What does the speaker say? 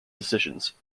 decisions